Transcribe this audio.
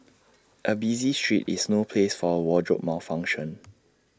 A busy street is no place for A wardrobe malfunction